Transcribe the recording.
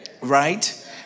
right